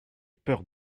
peur